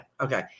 Okay